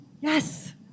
Yes